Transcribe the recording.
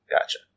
Gotcha